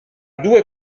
due